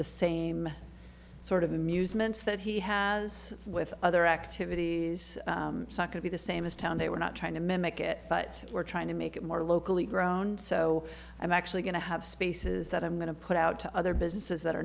the same sort of amusement that he has with other activities could be the same as town they we're not trying to mimic it but we're trying to make it more locally grown so i'm actually going to have spaces that i'm going to put out to other businesses that are